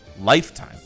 lifetime